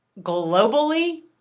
globally